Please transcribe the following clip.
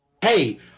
Hey